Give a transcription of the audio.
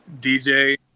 DJ